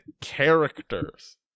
characters